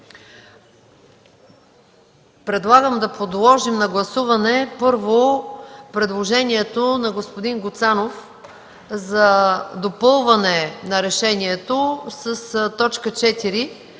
Предлагам първо да гласуваме предложението на господин Гуцанов за допълване на решението с т. 4: